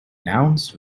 nouns